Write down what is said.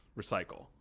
recycle